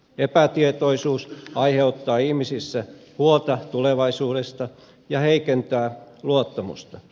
epätietoisuus aiheuttaa ihmisissä huolta tulevaisuudesta ja heikentää luottamusta